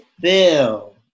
Bill